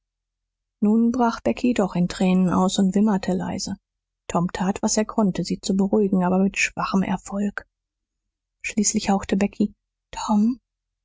nun brach becky doch in tränen aus und wimmerte leise tom tat was er konnte sie zu beruhigen aber mit schwachem erfolg schließlich hauchte becky tom